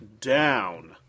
down